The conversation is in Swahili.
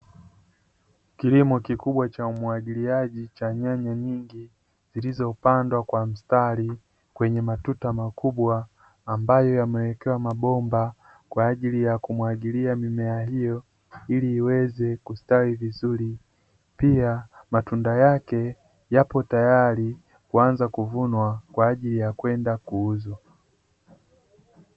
Kilimo kikubwa cha umwagiliaji cha nyanya nyingi kichopandwa kwa mstari kwenye matuta makubwa, ambayo yamewekewa mabomba kwa ajili ya kumwagilia mimea hiyo ili iweze kustawi vizuri. Pia matunda yake yapo tayari kuanza kuvunwa kwa ajili ya kwenda kuuzwa.